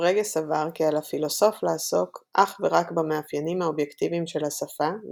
פרגה סבר כי על הפילוסוף לעסוק אך ורק במאפיינים האובייקטיביים של השפה,